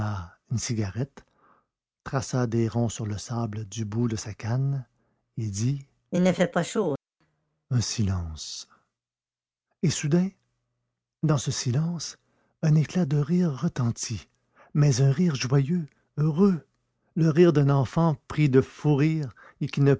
une cigarette traça des ronds sur le sable du bout de sa canne et dit il ne fait pas chaud un silence et soudain dans ce silence un éclat de rire retentit mais un rire joyeux heureux le rire d'un enfant pris de fou rire et qui ne